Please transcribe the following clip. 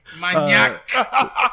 Maniac